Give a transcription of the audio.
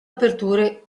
aperture